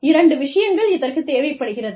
இரண்டு விஷயங்கள் இதற்கு தேவைப்படுகிறது